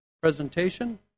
presentation